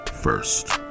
first